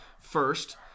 first